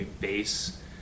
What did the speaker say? base